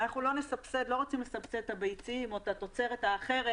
אנחנו לא רוצים לסבסד את הביצים או את התוצרת האחרת